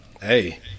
hey